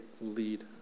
lead